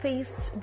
Faced